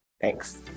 Thanks